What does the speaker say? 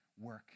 work